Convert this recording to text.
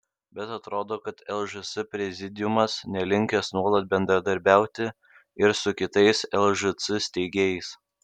bet atrodo kad lžs prezidiumas nelinkęs nuolat bendradarbiauti ir su kitais lžc steigėjais